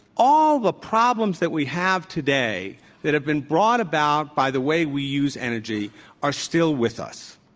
all the problems that we have today that have been brought about by the way we use energy are still with us.